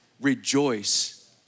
rejoice